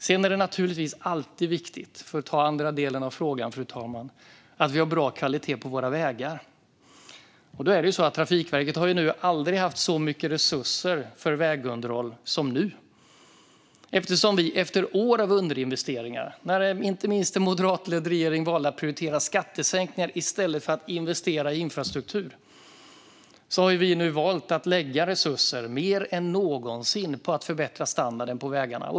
För att ta den andra delen av frågan, fru talman, är det naturligtvis alltid viktigt att vi har bra kvalitet på våra vägar. Då är det så att Trafikverket aldrig har haft så mycket resurser för vägunderhåll som nu. Efter år av underinvesteringar, när inte minst en moderatledd regering valde att prioritera skattesänkningar i stället för att investera i infrastruktur, har vi nu valt att lägga mer resurser än någonsin på att förbättra standarden på vägarna.